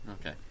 okay